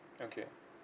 okay